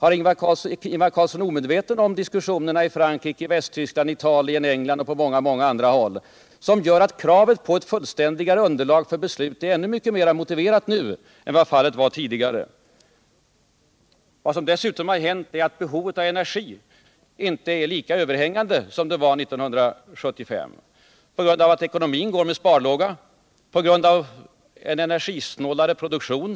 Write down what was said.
Är Ingvar Carlsson omedveten om diskussionerna i Frankrike, Västtyskland, Italien, England och på många andra håll, som gör att kravet på ett fullständigare underlag för beslut är ännu mycket mera motiverat nu än vad fallet var tidigare? Vad som dessutom har hänt är att behovet av energi inte är lika överhängande som det var 1975 bl.a. på grund av att ekonomin nu går på sparlåga och på grund av en energisnålare produktion.